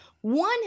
One